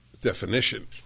definition